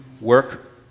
work